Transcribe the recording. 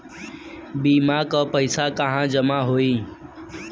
बीमा क पैसा कहाँ जमा होई?